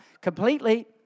completely